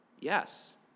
Yes